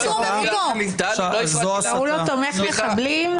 --- תומך מחבלים.